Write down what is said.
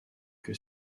que